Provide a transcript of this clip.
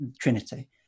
Trinity